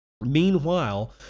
meanwhile